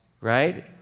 Right